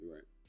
Right